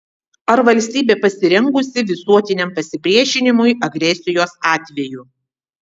ar valstybė pasirengusi visuotiniam pasipriešinimui agresijos atveju